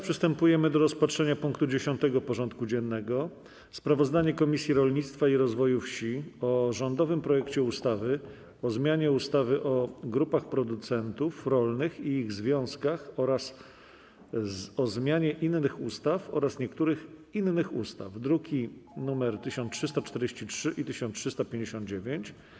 Przystępujemy do rozpatrzenia punktu 10. porządku dziennego: Sprawozdanie Komisji Rolnictwa i Rozwoju Wsi o rządowym projekcie ustawy o zmianie ustawy o grupach producentów rolnych i ich związkach oraz o zmianie innych ustaw oraz niektórych innych ustaw (druki nr 1343 i 1359)